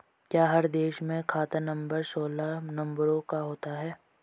क्या हर देश में खाता नंबर सोलह नंबरों का होता है?